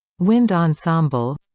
wind ensemble